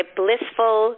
blissful